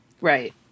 right